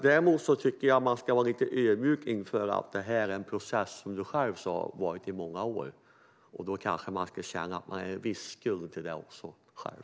Däremot tycker jag att man ska vara lite ödmjuk inför att detta är en process som har pågått i många år, som du själv sa. Då kanske man skulle känna att man själv också har en viss skuld.